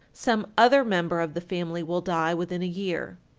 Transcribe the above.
some other member of the family will die within a year.